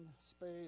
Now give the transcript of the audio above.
space